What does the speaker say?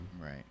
right